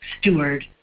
steward